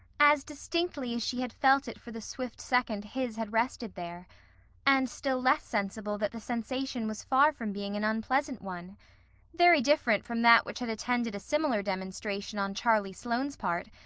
as distinctly as she had felt it for the swift second his had rested there and still less sensible that the sensation was far from being an unpleasant one very different from that which had attended a similar demonstration on charlie sloane's part,